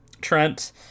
Trent